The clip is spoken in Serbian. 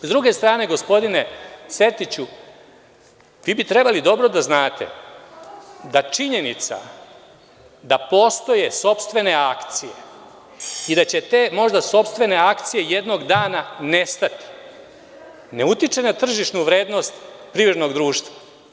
Sa druge strane gospodine Sertiću, vi bi trebali dobro da znate da činjenica da postoje sopstvene akcije i da će te možda sopstvene akcije jednog dana nestati, ne utiče na tržišnu vrednost privrednog društva.